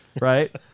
Right